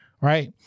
right